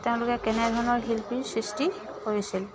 তেওঁলোকে কেনেধৰণৰ শিল্পীৰ সৃষ্টি কৰিছিল